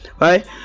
right